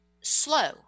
slow